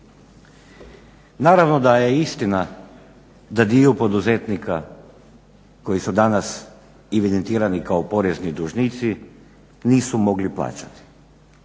Naravno da je istina da dio poduzetnika koji su danas evidentirani kao porezni dužnici nisu mogli plaćati.